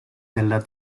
della